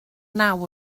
naw